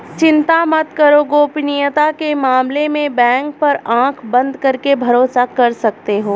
चिंता मत करो, गोपनीयता के मामले में बैंक पर आँख बंद करके भरोसा कर सकते हो